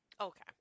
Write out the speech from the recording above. okay